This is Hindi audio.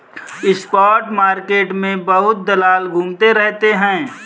स्पॉट मार्केट में बहुत दलाल घूमते रहते हैं